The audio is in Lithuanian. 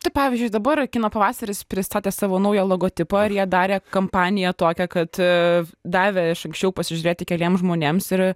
tai pavyzdžiui dabar kino pavasaris pristatė savo naują logotipą ir jie darė kampaniją tokią kad davė iš anksčiau pasižiūrėti keliems žmonėms ir